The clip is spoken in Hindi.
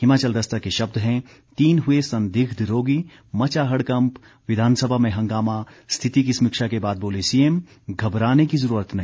हिमाचल दस्तक के शब्द हैं तीन हुए संदिग्ध रोगी मचा हड़कंप विधानसभा में हंगामा स्थिति की समीक्षा के बाद बोले सीएम घबराने की जरूरत नहीं